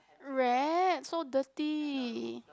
rat so dirty